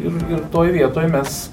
ir ir toj vietoj mes